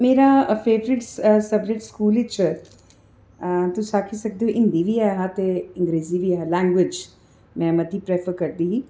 मेरा फेवरट स subject school च तुस आक्खी सकदे ओ कि हिंदी बी ऐ हा ते अंग्रेजी बी ऐ हा ते लैंग्वेज में मती प्रैफर करदी ही